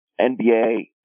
NBA